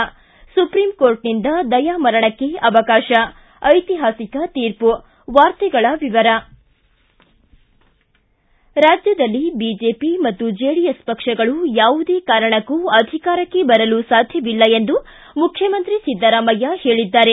ಿ supreme court ದಯಾ ಮರಣಕ್ಕೆ ಅವಕಾಶ ಐತಿಹಾಸಿಕ ತೀರ್ಪು ರಾಜ್ಯದಲ್ಲಿ ಬಿಜೆಪಿ ಮತ್ತು ಜೆಡಿಎಸ್ ಪಕ್ಷಗಳು ಯಾವುದೇ ಕಾರಣಕ್ಕೂ ಅಧಿಕಾರಕ್ಕೆ ಬರಲು ಸಾಧ್ಯವಿಲ್ಲ ಎಂದು ಮುಖ್ಯಮಂತ್ರಿ ಸಿದ್ದರಾಮಯ್ಯ ಹೇಳಿದ್ದಾರೆ